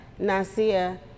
Nasia